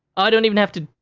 i don't even have to,